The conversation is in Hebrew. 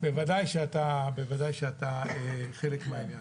בוודאי שאתה חלק מהעניין.